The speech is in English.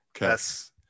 yes